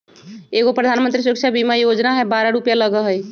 एगो प्रधानमंत्री सुरक्षा बीमा योजना है बारह रु लगहई?